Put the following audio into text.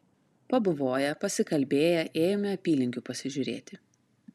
pabuvoję pasikalbėję ėjome apylinkių pasižiūrėti